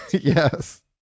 Yes